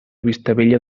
vistabella